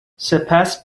سپس